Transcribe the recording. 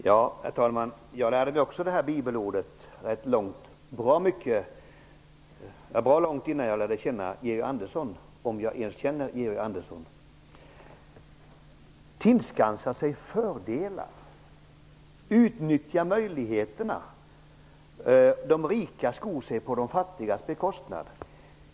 Herr talman! Också jag lärde mig det här bibelordet bra långt innan jag lärde känna Georg Andersson -- om jag ens känner Georg Andersson. Georg Andersson talar om att tillskansa sig fördelar, utnyttja möjligheterna och att de rika skor sig på de fattigas bekostnad.